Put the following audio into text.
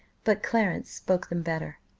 but clarence spoke them better.